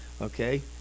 okay